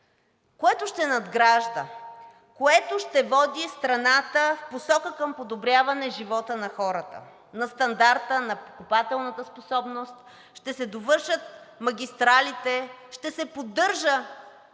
което ще надгражда, което ще води страната в посока към подобряване живота на хората, на стандарта, на покупателната способност, ще се довършат магистралите, ще се поддържа